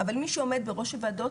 אבל מי שעומד בראש הוועדות,